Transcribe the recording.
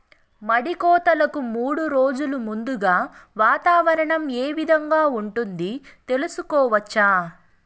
మడి కోతలకు మూడు రోజులు ముందుగా వాతావరణం ఏ విధంగా ఉంటుంది, తెలుసుకోవచ్చా?